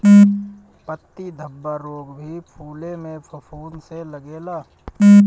पत्ती धब्बा रोग भी फुले में फफूंद से लागेला